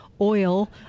oil